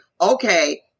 Okay